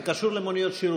זה קשור למוניות שירות.